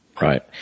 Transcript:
Right